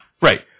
Right